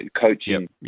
coaching